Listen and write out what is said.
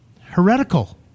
heretical